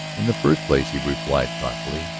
in the first place, he replied thoughtfully,